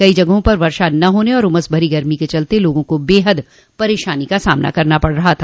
कई जगहों पर वर्षा न होने और उमस भरी गरमी के चलते लोगों को बेहद परेशानी का सामना करना पड़ रहा है